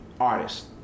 artist